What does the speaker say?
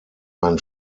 ein